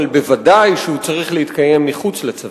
אבל ודאי שהוא צריך להתקיים מחוץ לצבא.